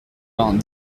vingt